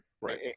right